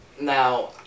now